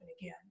again